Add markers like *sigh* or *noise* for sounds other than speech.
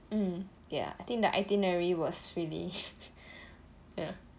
mm ya I think the itinerary was really *laughs* ya